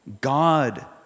God